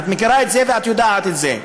את מכירה את זה ואת יודעת את זה.